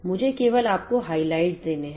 मुझे केवल आपको हाइलाइट्स देने हैं